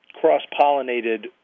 cross-pollinated